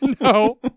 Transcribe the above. no